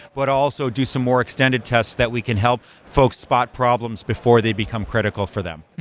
but also do some more extended tests that we can help folks spot problems before they become critical for them.